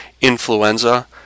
influenza